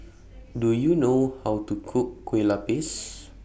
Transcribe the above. Do YOU know How to Cook Kueh Lapis